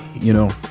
you know,